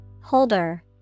Holder